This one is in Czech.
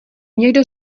někdo